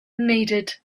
needed